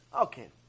Okay